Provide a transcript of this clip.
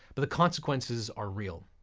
but the consequences are real.